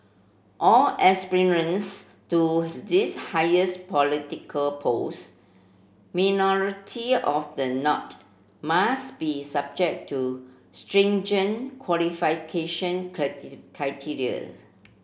all aspirants to this highest political post minority of the not must be subject to stringent qualification criteria